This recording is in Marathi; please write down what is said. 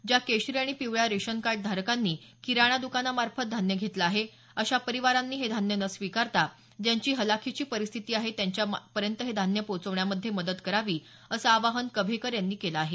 ज्या केशरी आणि पिवळ्या रेशन कार्ड धारकांनी किराणा द्कानामार्फत धान्य घेतलं आहे अशा परिवारांनी हे धान्य न स्वीकारता ज्यांची हलाखीची परिस्थिती आहे त्यांच्यापर्यंत हे धान्य पोहचवण्यामध्ये मदत करावी अस आवाहन कव्हेकर यानी केल आहे